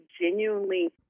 genuinely